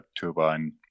turbine